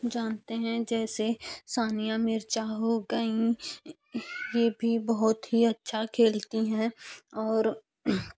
जानते हैं जैसे सानिया मिर्ज़ा हो गईं ये भी बहुत ही अच्छा खेलती हैं और